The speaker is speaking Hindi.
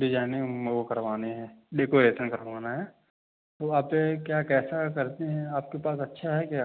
सजाने वो करवाने हैं डेकोरेशन करवाना है तो आप क्या कैसा करते हैं आपके पास अच्छा है क्या